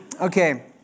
Okay